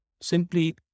simply